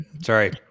Sorry